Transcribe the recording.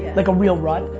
like a real rut,